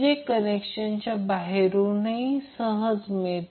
जे कनेक्शनच्या बाहेरून सहज मिळते